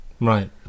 Right